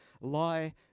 lie